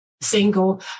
single